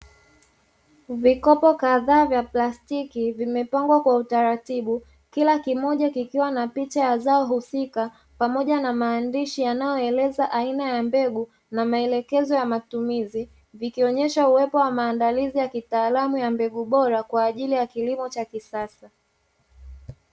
Vikopo kadhaa vya plastiki vimepangwa kwa utaratibu kila kimoja kikiwa na picha ya zao husika pamoja na maandishi yanayoeleza aina ya mbegu na maelekezo ya matumizi, vikionyesha uwepo wa maandalizi ya kitaalamu ya mbegu bora kwa ajili ya kilimo cha kisasa.